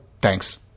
thanks